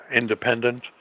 independent